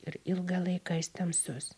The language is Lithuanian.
ir ilgą laiką jis tamsus